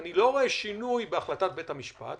אני לא רואה שינוי בהחלטת בית המשפט.